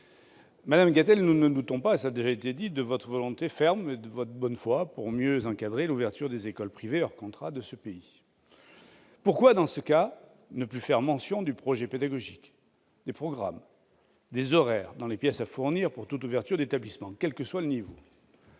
Madame Gatel, je répète que nous ne doutons pas de votre volonté ferme ni de votre bonne foi pour mieux encadrer l'ouverture des écoles privées hors contrat dans le pays. Dès lors, pourquoi ne plus faire mention du projet pédagogique, des programmes et des horaires dans les pièces à fournir pour toute ouverture d'établissement, quel que soit le niveau ?